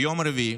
ביום רביעי